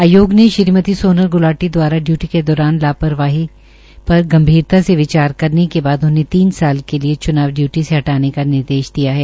आयोग ने श्रीमती सोनल ग्लाटी दवारा डयूटी के दौरान लापरवाही पर गंभीरत से विचार करने के बाद उन्हें तीन साल के लिये च्नाव डयूटी से हटाने का निर्देश दिया है